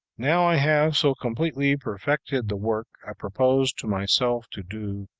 now i have so completely perfected the work i proposed to myself to do,